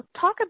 Talk